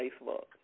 Facebook